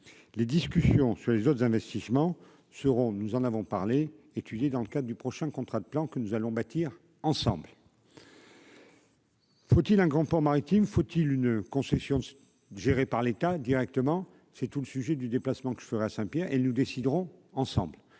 les discussions sur les autres investissements seront, nous en avons parlé étudié dans le cadre du prochain contrat de plan que nous allons bâtir ensemble. Faut-il un grand port maritime : faut-il une concession géré par l'État directement, c'est tout le sujet du déplacement que fera Saint-Pierre et nous déciderons ensemble,